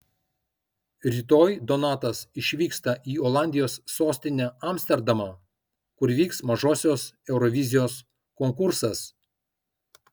rytoj donatas išvyksta į olandijos sostinę amsterdamą kur vyks mažosios eurovizijos konkursas